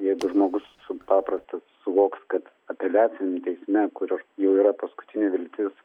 jeigu žmogus su paprastas suvoks kad apeliaciniam teisme kur jau yra paskutinė viltis